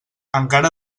encara